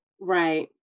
Right